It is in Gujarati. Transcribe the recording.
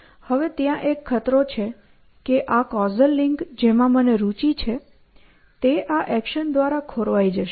ત્યાં એક ખતરો છે કે આ કૉઝલ લિંક જેમાં મને રુચિ છે તે આ એક્શન દ્વારા ખોરવાઈ જશે